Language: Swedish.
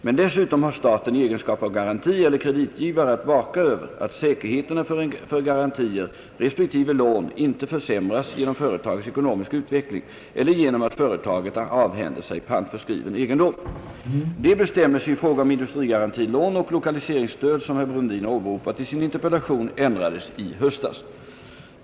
Men dessutom har staten i egenskap av garantieller kreditgivare att vaka över att säkerheterna för garantier respektive lån inte försämras genom företagets ekonomiska utveckling eller genom att företaget avhänder sig pantförskriven egendom. De bestämmelser i fråga om industrigarantilån och lokaliseringsstöd som herr Brundin har åberopat i sin interpellation ändrades i höstas.